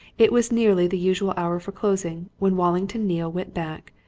it was nearly the usual hour for closing when wallington neale went back,